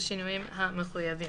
בשינויים המחויבים,